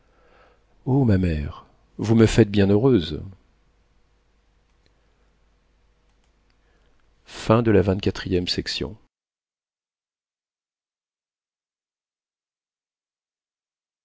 o ma mère vous me faites bien heureuse